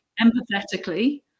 empathetically